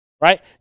right